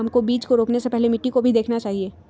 हमको बीज को रोपने से पहले मिट्टी को भी देखना चाहिए?